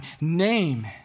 name